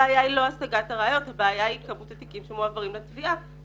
הבעיה היא לא השגת הראיות אלא כמות התיקים שמועברים לתביעה.